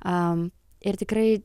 a ir tikrai